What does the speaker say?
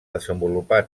desenvolupar